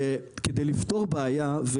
כדי לפתור בעיה,